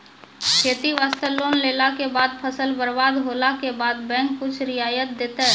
खेती वास्ते लोन लेला के बाद फसल बर्बाद होला के बाद बैंक कुछ रियायत देतै?